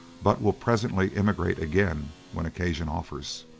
but will presently emigrate again when occasion offers.